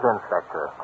Inspector